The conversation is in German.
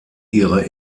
ihre